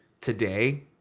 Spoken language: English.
today